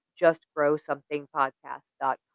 justgrowsomethingpodcast.com